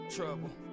Trouble